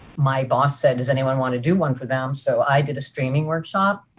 my boss said does anyone want to do one for them? so i did a streaming workshop.